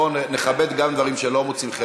בואו נכבד גם דברים שלא מוצאים חן.